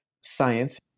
science